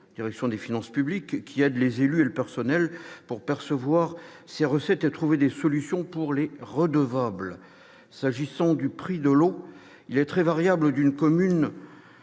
des finances publiques qui aide les élus et le personnel à percevoir les recettes et à trouver des solutions pour les redevables. Le prix de l'eau est très variable d'une commune